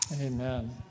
Amen